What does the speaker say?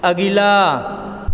अगिला